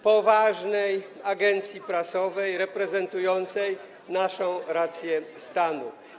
poważnej agencji prasowej reprezentującej naszą rację stanu.